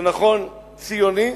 ציוני,